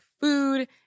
food